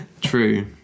True